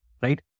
right